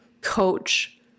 coach